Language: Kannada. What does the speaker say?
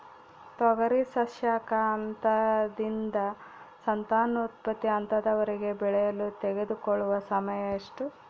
ತೊಗರಿ ಸಸ್ಯಕ ಹಂತದಿಂದ ಸಂತಾನೋತ್ಪತ್ತಿ ಹಂತದವರೆಗೆ ಬೆಳೆಯಲು ತೆಗೆದುಕೊಳ್ಳುವ ಸಮಯ ಎಷ್ಟು?